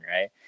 right